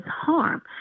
harm